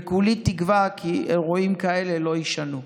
וכולי תקווה כי אירועים כאלה לא יישנו.